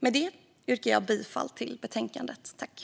Med det yrkar jag bifall till utskottets förslag.